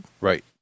Right